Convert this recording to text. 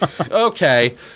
Okay